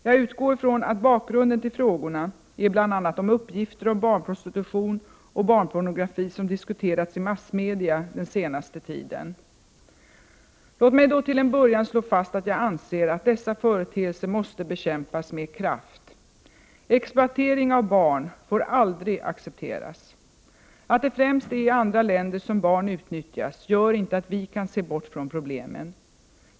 Jag utgår från att bakgrunden till frågorna är bl.a. de uppgifter om barnprostitution och barnpornografi som diskuterats i massmedia den senaste tiden. Låt mig då till en början slå fast att jag anser att dessa företeelser måste bekämpas med kraft. Exploatering av barn får aldrig accepteras. Att det främst är i andra länder som barn utnyttjas gör inte att vi kan se bort från problemen.